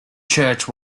church